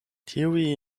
tiuj